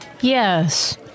Yes